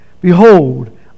Behold